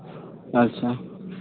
ᱟᱪᱪᱷᱟ